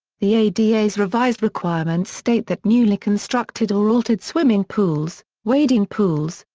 the ada's revised requirements state that newly constructed or altered swimming pools, wading pools,